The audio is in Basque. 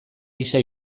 gisa